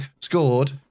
scored